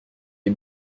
est